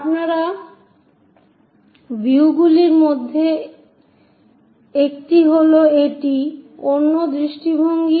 আপনার ভিউগুলির মধ্যে একটি হল এটি অন্য দৃষ্টিভঙ্গি এটি